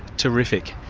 terrific.